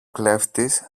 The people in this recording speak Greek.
κλέφτης